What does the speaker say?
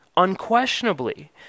Unquestionably